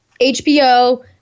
HBO